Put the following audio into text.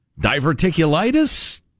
diverticulitis